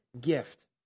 gift